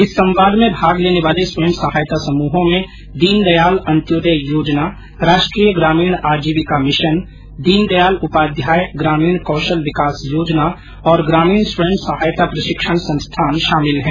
इस संवाद में भाग लेने वाले स्वयं सहायता समूहों में दीनदयाल अंत्योदय योजना राष्ट्रीय ग्रामीण आजीविका मिशन दीनदयाल उपाध्याय ग्रामीण कौशल विकास योजना और ग्रामीण स्वयं सहायता प्रशिक्षण संस्थान शामिल हैं